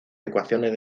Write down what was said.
ecuaciones